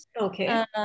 Okay